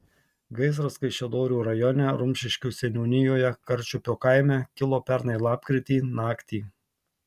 gaisras kaišiadorių rajone rumšiškių seniūnijoje karčiupio kaime kilo pernai lapkritį naktį